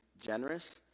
generous